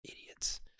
Idiots